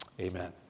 Amen